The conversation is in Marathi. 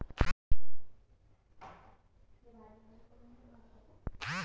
कर्ज काढासाठी मले मायती कशी भेटन?